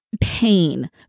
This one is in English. pain